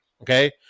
Okay